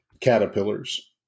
Caterpillars